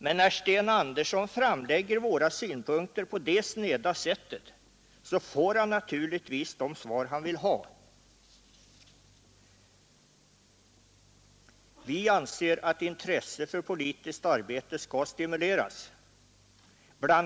Men när Sten Andersson framlägger våra synpunkter på det sneda sättet får han naturligtvis det svar han vill ha. Vi anser att intresse för politiskt arbete skall stimuleras. Bl.